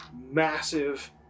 massive